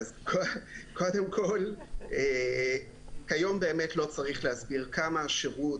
כיום באמת לא צריך להסביר כמה שירות